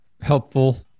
helpful